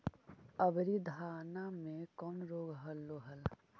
अबरि धाना मे कौन रोग हलो हल?